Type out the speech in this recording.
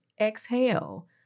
exhale